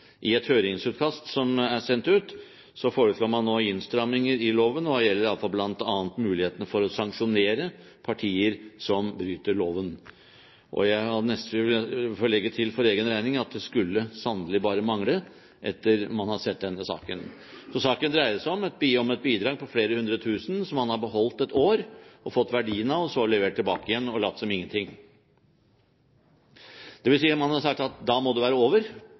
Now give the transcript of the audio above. I et høringsutkast som er sendt ut, foreslår man nå innstramminger i loven, hva gjelder i alle fall bl.a. muligheten for å sanksjonere partier som bryter loven. Jeg vil legge til for egen regning, at det skulle sannelig bare mangle, etter at man har sett denne saken! Saken dreier seg om et bidrag på flere hundre tusen som man har beholdt i ett år og fått verdien av, og som man så har levert tilbake – og latt som ingenting, dvs. at man har sagt: Da må det være over,